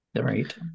right